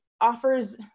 offers